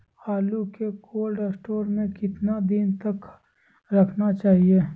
आलू को cold store में कितना दिन तक रखना चाहिए?